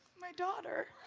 my daughter.